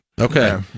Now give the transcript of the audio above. okay